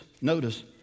notice